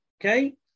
Okay